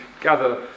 gather